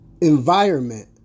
environment